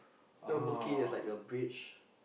you know Boat Quay there's like a bridge